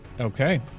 Okay